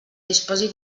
disposi